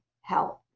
health